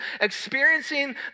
experiencing